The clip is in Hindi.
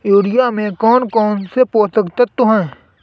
यूरिया में कौन कौन से पोषक तत्व है?